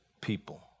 people